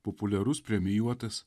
populiarus premijuotas